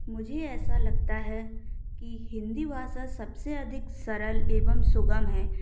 मुझे ऐसा लगता है कि हिंदी भाषा सबसे अधिक सरल एवं सुगम है